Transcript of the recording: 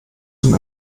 zum